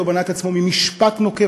שלא בנה את עצמו ממשפט נוקב.